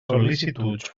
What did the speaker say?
sol·licituds